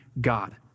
God